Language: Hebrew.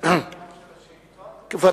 כולל סדר-היום של השאילתות?